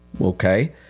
Okay